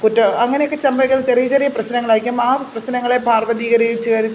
കുറ്റം അങ്ങനെയൊക്കെ സംഭവിക്കുന്ന ചെറിയ ചെറിയ പ്രശ്നങ്ങളായിരിക്കാം ആ പ്രശ്നങ്ങളെ പാർവതീകരിച്ചു അവർ